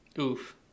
Oof